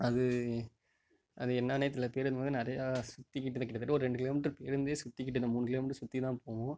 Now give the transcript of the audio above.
அது அது என்னானே பேருந்து வந்து நிறையா சுற்றிக்கிட்டு கிட்டத்தட்ட ரெண்டு கிலோமீட்டர் பேருந்தே சுற்றிக்கிட்டு மூணு கிலோமீட்டர் சுற்றி தான் போகும்